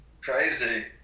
Crazy